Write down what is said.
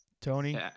Tony